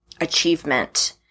achievement